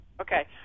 Okay